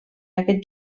aquest